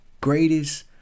greatest